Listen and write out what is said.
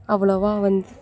அவ்வளவாக வந்து